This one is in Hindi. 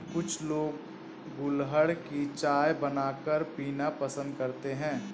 कुछ लोग गुलहड़ की चाय बनाकर पीना पसंद करते है